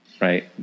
right